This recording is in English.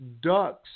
ducks